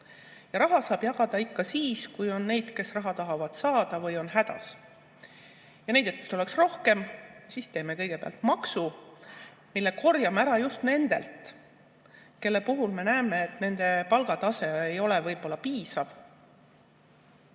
Raha saab jagada ikka siis, kui on neid, kes raha tahavad saada või on hädas. Ja et neid oleks rohkem, siis teeme kõigepealt maksu, mille korjame ära just nendelt, kelle puhul me näeme, et nende palgatase ei ole piisav.